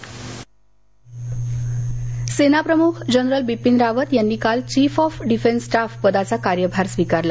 विपिन रावत सेनाप्रमुख जनरल बिपिन रावत यांनी काल चीफ ऑफ डिफेंस स्टाफ पदाचा कार्यभार स्विकारला